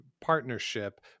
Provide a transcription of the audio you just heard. partnership